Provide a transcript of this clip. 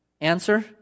Answer